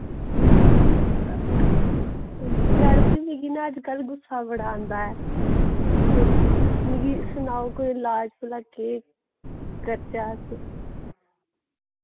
madam जी मिकी ना अज्जकल गुस्सा बड़ा आंदा ऐ ते मिगी सनाओ कोई लाज भला केह् करचै अस